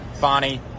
Bonnie